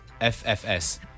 FFS